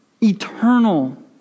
eternal